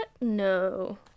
no